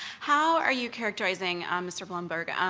how are you characterizing, mr. bloomberg,